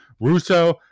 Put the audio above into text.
Russo